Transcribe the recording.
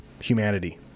humanity